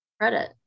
credit